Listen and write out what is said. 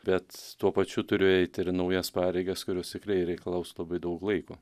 bet tuo pačiu turiu eiti ir naujas pareigas kurios tikrai reikalaus labai daug laiko